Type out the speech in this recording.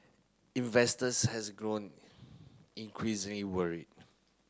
investors has grown increasingly worried